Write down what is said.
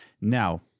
Now